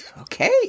Okay